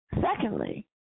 Secondly